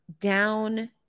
down